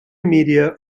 media